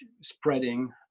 spreading